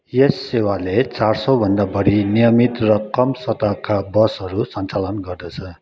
यस सेवाले चार सौ भन्दा बढी नियमित र कम सतहका बसहरू सन्चालन गर्दछ